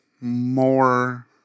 more